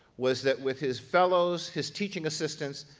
was that with his fellows, his teaching assistants,